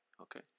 Okay